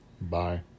Bye